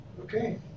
Okay